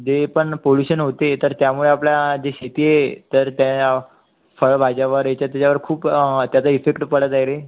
जे पण पोल्युशन होते तर त्यामुळे आपल्या जी शिटी आहे तर त्या फळ भाज्यावर ह्याच्या त्याच्यावर खूप त्याचा इफेक्ट पडत आहे रे